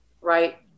right